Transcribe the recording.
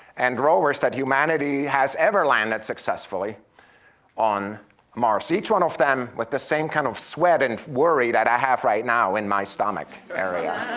and rovers, that humanity has ever landed successfully on mars. each one of them with the same kind of sweat and worry that i have right now in my stomach area.